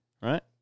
right